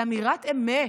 על אמירת אמת,